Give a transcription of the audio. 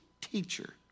teacher